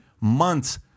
months